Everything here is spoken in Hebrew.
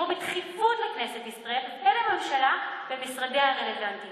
בדחיפות לכנסת ישראל ולמשרדי הממשלה